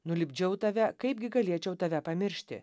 nulipdžiau tave kaipgi galėčiau tave pamiršti